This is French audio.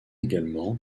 également